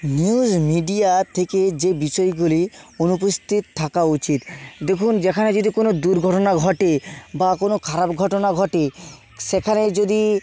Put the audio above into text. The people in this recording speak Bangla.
নিউজ মিডিয়া থেকে যে বিষয়গুলি অনুপস্থিত থাকা উচিত দেখুন যেখানে যদি কোনো দুর্ঘটনা ঘটে বা কোনো খারাপ ঘটনা ঘটে সেখানে যদি